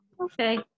Okay